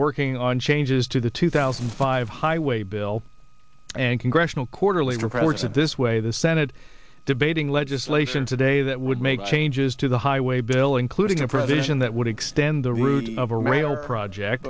working on changes to the two thousand and five highway bill and congressional quarterly reports and this way the senate debating legislation today that would make changes to the highway bill including a provision that would extend the route of a rail project